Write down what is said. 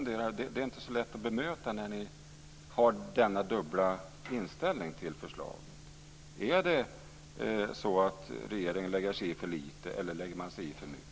Det är inte så lätt att bemöta detta när ni har denna dubbla inställning till förslaget. Lägger regeringen sig i för lite, eller lägger den sig i för mycket?